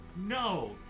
no